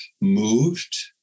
moved